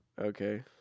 Okay